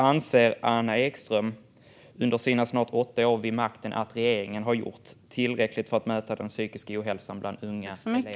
Anser Anna Ekström att regeringen under sina snart åtta år vid makten har gjort tillräckligt för att möta den psykiska ohälsan bland unga elever?